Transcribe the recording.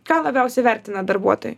ką labiausiai vertina darbuotojai